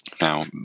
Now